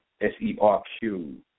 S-E-R-Q